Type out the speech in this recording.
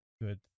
good